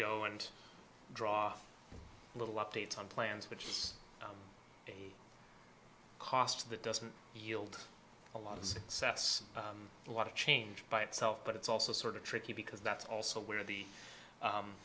go and draw little updates on plans which is a cost that doesn't yield a lot of success a lot of change by itself but it's also sort of tricky because that's also where the